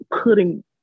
putting